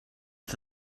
for